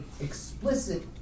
explicit